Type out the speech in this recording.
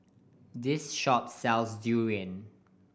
this shop sells durian